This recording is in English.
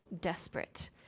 desperate